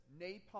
Napalm